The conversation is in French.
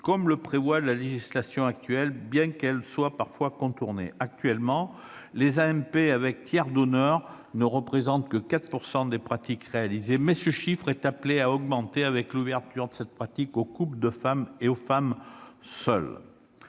comme le prévoit la législation actuelle et bien qu'elle soit parfois contournée. Actuellement, les AMP avec tiers donneur ne représentent que 4 % des pratiques réalisées, mais ce chiffre est appelé à augmenter avec l'ouverture de cette pratique aux couples de femmes et aux femmes seules.